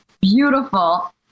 beautiful